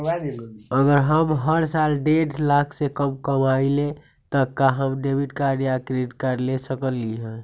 अगर हम हर साल डेढ़ लाख से कम कमावईले त का हम डेबिट कार्ड या क्रेडिट कार्ड ले सकली ह?